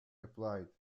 applied